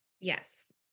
yes